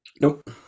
Nope